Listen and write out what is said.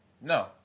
No